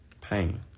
pain